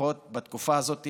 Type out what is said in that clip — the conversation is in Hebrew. לפחות בתקופה הזאת,